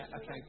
okay